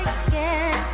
again